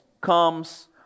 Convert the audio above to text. comes